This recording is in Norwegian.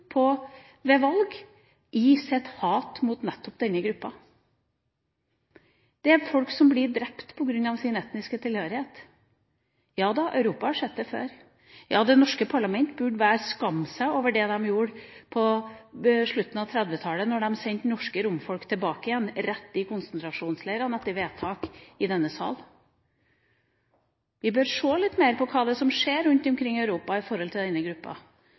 oppslutning ved valg, nettopp på grunn av sitt hat mot denne gruppa. Det er folk som blir drept på grunn av sin etniske tilhørighet. Ja da, Europa har sett det før. Ja, det norske parlament burde skamme seg over det man gjorde på slutten av 1930-tallet, da man sendte norske romfolk tilbake igjen – rett i konsentrasjonsleirene – etter vedtak i denne sal. Vi bør se litt mer på hva som skjer rundt om i Europa når det gjelder denne gruppa.